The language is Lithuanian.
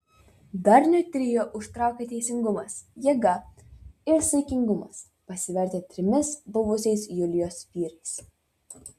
darniu trio užtraukė teisingumas jėga ir saikingumas pasivertę trimis buvusiais julijos vyrais